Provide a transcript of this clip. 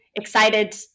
excited